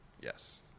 yes